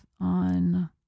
on